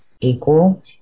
equal